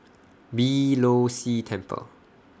Beeh Low See Temple